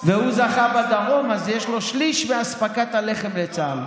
הוא זכה בדרום, אז יש לו שליש מאספקת הלחם לצה"ל.